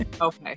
Okay